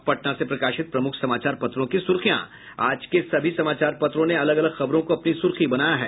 अब पटना से प्रकाशित प्रमुख समाचार पत्रों की सुर्खियां आज के सभी समाचार पत्रों ने अलग अलग खबरो को अपनी सुर्खी बनाया है